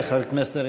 תודה לחבר הכנסת.